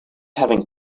having